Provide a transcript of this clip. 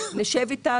נשב איתה,